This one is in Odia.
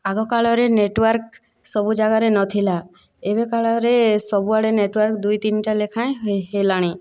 ଆଗକାଳରେ ନେଟୱାର୍କ ସବୁ ଜାଗାରେ ନଥିଲା ଏବେ କାଳରେ ସବୁଆଡ଼େ ନେଟୱାର୍କ ଦୁଇ ତିନିଟା ଲେଖାଏଁ ହେଲାଣି